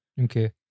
Okay